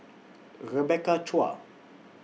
Rebecca Chua